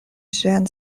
ŝian